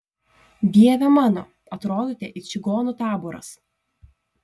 dieve mano atrodote it čigonų taboras